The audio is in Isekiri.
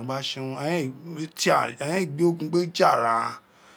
olokeren we te tse gba san to